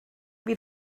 wie